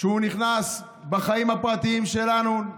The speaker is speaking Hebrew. שהוא נכנס בחיים הפרטיים שלנו,